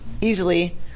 easily